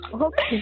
Okay